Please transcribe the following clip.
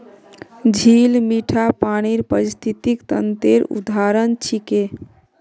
झील मीठा पानीर पारिस्थितिक तंत्रेर उदाहरण छिके